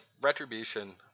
retribution